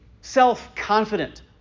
self-confident